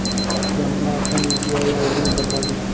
तु हमरा अपन यू.पी.आई आई.डी बतादे